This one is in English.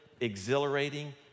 exhilarating